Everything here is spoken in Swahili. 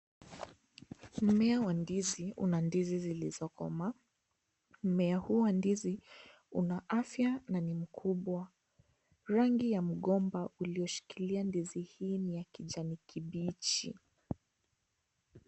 Mmea wa ndizi una ndizi zilizokomaa. Mmea huu wa ndizi una afya na mkubwa, rangi ya mgomba ulioshikilia ndizi hii ni ya kijani kibichi.